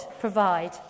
provide